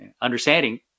understanding